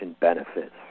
benefits